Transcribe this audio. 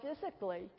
physically